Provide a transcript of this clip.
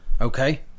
Okay